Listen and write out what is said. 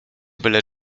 byle